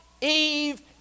Eve